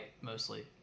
mostly